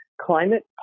climate